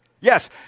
Yes